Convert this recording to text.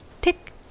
tick